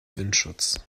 windschutz